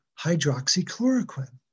hydroxychloroquine